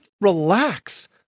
relax